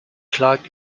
klagen